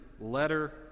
letter